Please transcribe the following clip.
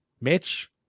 Mitch